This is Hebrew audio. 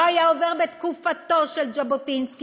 לא היה עובר בתקופתו של ז'בוטינסקי,